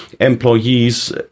employees